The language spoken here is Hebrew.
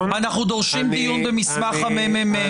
אנחנו דורשים דיון במסמך הממ"מ.